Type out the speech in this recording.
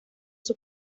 sus